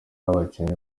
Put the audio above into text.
abakinnyi